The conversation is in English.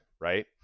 Right